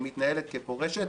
היא מתנהלת כפורשת.